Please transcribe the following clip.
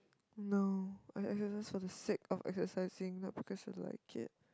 no I exercise for the sake of exercising not because I like it